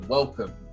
Welcome